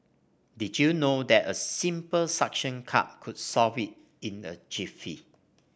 did you know that a simple suction cup could solve it in a jiffy